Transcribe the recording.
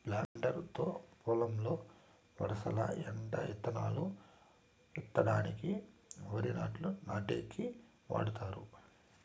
planter తో పొలంలో వరసల ఎంట ఇత్తనాలు ఇత్తడానికి, వరి నాట్లు నాటేకి వాడతారు